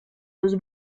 los